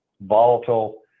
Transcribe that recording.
volatile